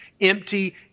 empty